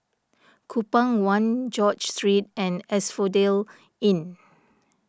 Kupang one George Street and Asphodel Inn